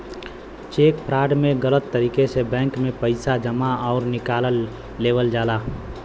check fraud में गलत तरीके से बैंक में पैसा जमा आउर निकाल लेवल जाला